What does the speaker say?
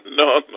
no